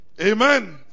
amen